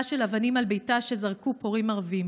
של אבנים על ביתה שזרקו פורעים ערבים.